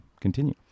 continue